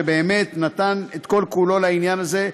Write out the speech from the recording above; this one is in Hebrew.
שבאמת נתן את כל-כולו לעניין הזה,